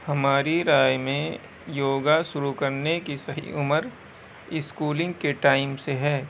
ہماری رائے میں یوگا شروع کرنے کی صحیح عمر اسکولنگ کے ٹائم سے ہے